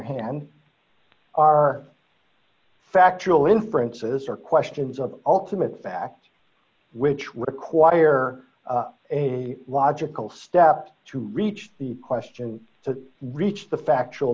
hand are factual inferences or questions of ultimate fact which would require a logical step to reach the question to reach the factual